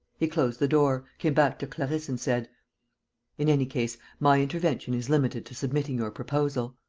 he closed the door, came back to clarisse and said in any case, my intervention is limited to submitting your proposal.